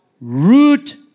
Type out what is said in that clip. root